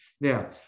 Now